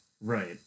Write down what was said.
Right